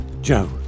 Joe